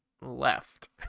left